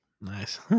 Nice